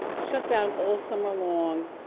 shut down all summer long.